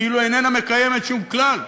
כאילו איננה מקיימת שום כלל.